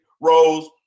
Rose